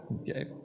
Okay